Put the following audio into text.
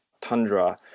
tundra